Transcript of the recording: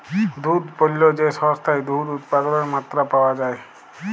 দুহুদ পল্য যে সংস্থায় দুহুদ উৎপাদলের মাত্রা পাউয়া যায়